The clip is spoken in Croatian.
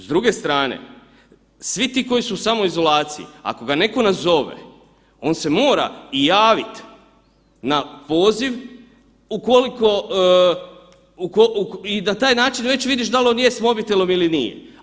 S druge strane, svi ti koji su u samoizolaciji, ako ga neko nazove on se mora i javiti na poziv i na taj način već vidiš dal on je s mobitelom ili nije.